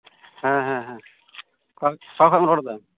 ᱦᱮᱸ ᱦᱮᱸ ᱦᱮᱸ ᱚᱠᱚᱭ ᱚᱠᱟ ᱠᱷᱚᱡ ᱮᱢ ᱨᱚᱲᱫᱟ